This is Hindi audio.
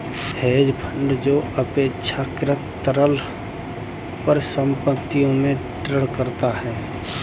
हेज फंड जो अपेक्षाकृत तरल परिसंपत्तियों में ट्रेड करता है